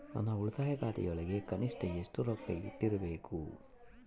ನನ್ನ ಉಳಿತಾಯ ಖಾತೆಯೊಳಗ ಕನಿಷ್ಟ ಎಷ್ಟು ರೊಕ್ಕ ಇಟ್ಟಿರಬೇಕು?